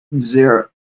zero